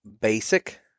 basic